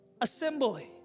assembly